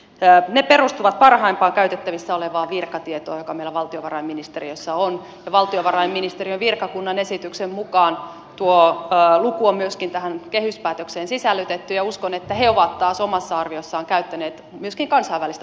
ne perustuvat parhaimpaan käytettävissä olevaan virkatietoon joka meillä valtiovarainministeriössä on ja valtiovarainministeriön virkakunnan esityksen mukaan tuo luku on myöskin tähän kehyspäätökseen sisällytetty ja uskon että he ovat taas omassa arviossaan käyttäneet myöskin kansainvälistä tutkimustietoa hyväkseen